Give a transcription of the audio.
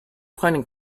planning